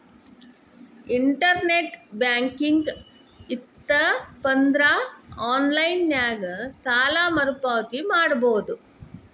internet banking ಇತ್ತಪಂದ್ರಾ online ನ್ಯಾಗ ಸಾಲ ಮರುಪಾವತಿ ಮಾಡಬೋದು